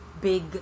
big